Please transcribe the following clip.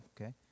okay